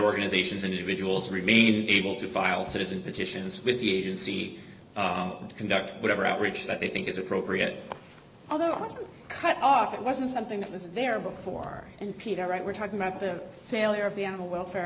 organizations individuals remained able to file citizen petitions with the agency to conduct whatever outreach that they think is appropriate although it was cut off it wasn't something that was there before and peter right we're talking about the failure of the animal welfare